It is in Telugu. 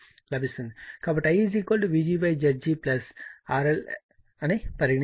కాబట్టి I Vg Zg RL అని పరిగణిస్తాము